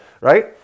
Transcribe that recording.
right